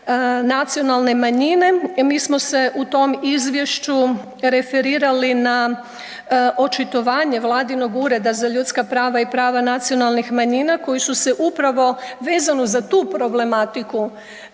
nacionalne manjine, mi smo se u tom izvješću referirali na očitovanje vladinog Ureda za ljudska prava i prava nacionalnih manjina koji su se upravo vezano za tu problematiku